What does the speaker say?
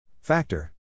Factor